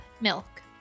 milk